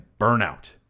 burnout